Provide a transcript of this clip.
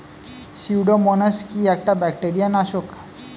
Pseudomonas কি একটা bacteria নাশক?